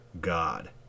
God